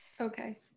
Okay